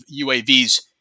UAVs